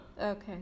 Okay